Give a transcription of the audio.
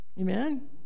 Amen